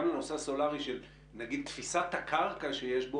הסולארי מבחינת תפיסת הקרקע.